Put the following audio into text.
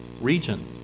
region